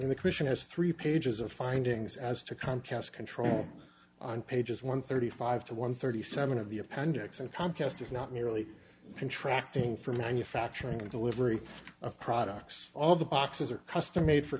the commission has three pages of findings as to comcast control on pages one thirty five to one thirty seven of the appendix and comcast is not nearly contracting for manufacturing and delivery of products all of the boxes are custom made for